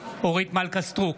אורית מלכה סטרוק,